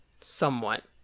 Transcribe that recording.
somewhat